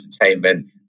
entertainment